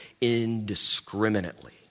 indiscriminately